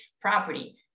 property